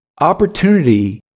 Opportunity